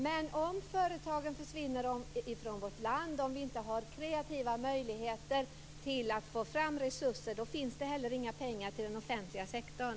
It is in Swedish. Men om företagen försvinner från vårt land och om vi inte har kreativa möjligheter att få fram resurser, då finns det heller inga pengar till den offentliga sektorn.